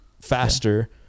faster